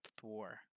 Thor